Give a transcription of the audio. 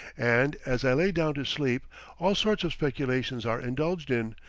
and as i lay down to sleep all sorts of speculations are indulged in,